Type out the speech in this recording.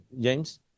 James